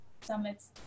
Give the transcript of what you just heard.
Summit's